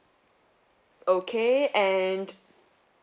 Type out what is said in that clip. okay and